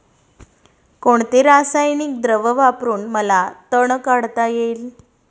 कोणते रासायनिक द्रव वापरून मला तण काढता येईल?